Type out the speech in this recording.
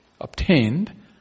obtained